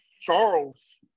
Charles